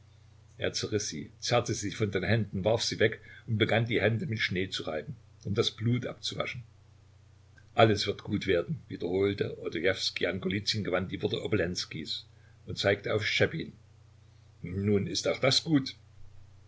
er zerriß sie zerrte sie von den händen warf sie weg und begann die hände mit schnee zu reiben um das blut abzuwaschen alles wird gut werden wiederholte odojewskij an golizyn gewandt die worte obolenskijs und zeigte auf schtschepin nun ist auch das gut